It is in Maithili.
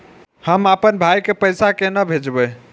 हम आपन भाई के पैसा केना भेजबे?